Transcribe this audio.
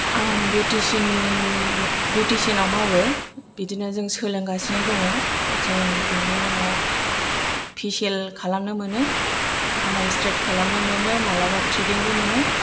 आं बिउटिसियाननि बिउटिसियानाव मावो बिदिनो जों सोलोंगासिनो दङ जों बेनि उनाव फेसियेल खालामनो मोनो खानाय स्ट्राइट खालामनो मोनो मालाबा थ्रेडिंबो मोनो